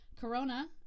Corona